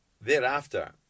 thereafter